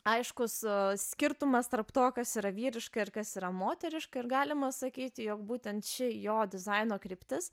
aiškus skirtumas tarp to kas yra vyriška ir kas yra moteriška ir galima sakyti jog būtent ši jo dizaino kryptis